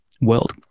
World